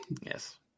Yes